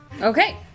Okay